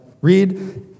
Read